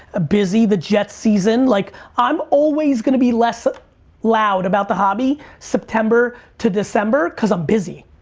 busy, the jets season. like i'm always gonna be less ah loud about the hobby september to december cause i'm busy.